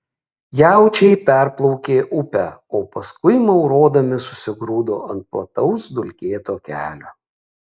jaučiai perplaukė upę o paskui maurodami susigrūdo ant plataus dulkėto kelio